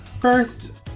first